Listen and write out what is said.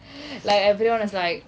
like everyone is like